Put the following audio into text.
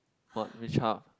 what which hub